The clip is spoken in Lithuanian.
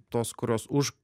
tos kurios už